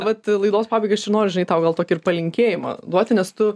vat laidos pabaigai aš ir noriu žinai tau gal tokį ir palinkėjimą duoti nes tu